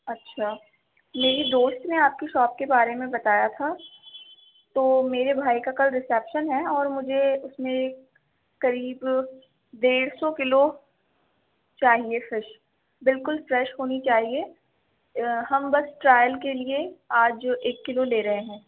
اچھا میری دوست نے آپ کی شاپ کے بارے میں بتایا تھا تو میرے بھائی کا کل ریسیپشن ہے اور مجھے اس میں ایک قریب ڈیڑھ سو کلو چاہیے فش بالکل فریش ہونی چاہیے ہم بس ٹرائل کے لیے آج ایک کلو لے رہے ہیں